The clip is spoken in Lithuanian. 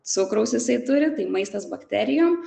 cukraus jisai turi tai maistas bakterijom